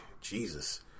Jesus